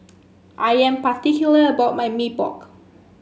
I am particular about my Mee Pok